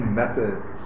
methods